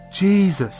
Jesus